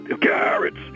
Carrots